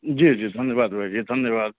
जी जी धन्यवाद भायजी धन्यवाद